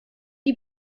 der